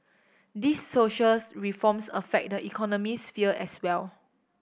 these socials reforms affect the economic sphere as well